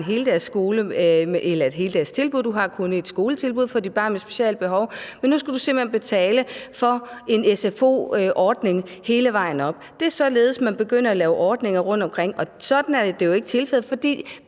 nu ikke længere har et heldagstilbud, du har kun et skoletilbud for dit barn med specielle behov, men nu skal du simpelt hen betale for en sfo-ordning hele vejen op gennem skolegangen. Det er således, man begynder at lave ordninger rundtomkring, og sådan er tilfældet jo